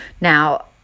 Now